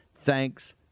Thanks